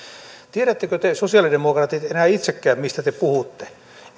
tiedättekö te sosialidemokraatit enää itsekään mistä te puhutte